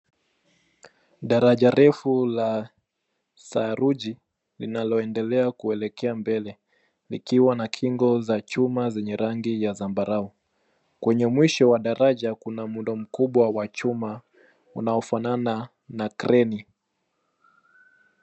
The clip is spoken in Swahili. Daraja refu la saruji linaloendelea kuelekea mbele likiwa na kingo za chuma zenye rangi ya zambarau. Kwenye mwisho wa daraja kuna muundo mkubwa wa chuma unaofanana na kreni.